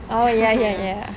oh ya ya ya